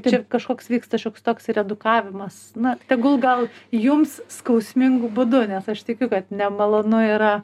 čia kažkoks vyksta šioks toks ir edukavimas na tegul gal jums skausmingu būdu nes aš tikiu kad nemalonu yra